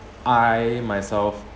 I myself